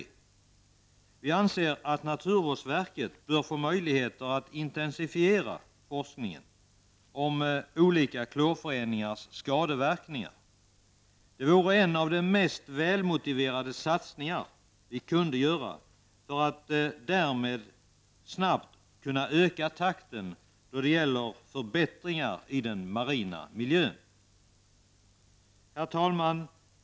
Vi anser att naturvårdsverket bör få möjligheter att intensifiera forskningen om olika klorföreningars skadeverkningar. Det vore en av de mest välmotiverade satsningar vi kunde göra för att därmed snabbt kunna öka takten när det gäller förbättringar i den marina miljön. Herr talman!